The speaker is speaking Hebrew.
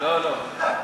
לא, לא.